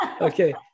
okay